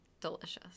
Delicious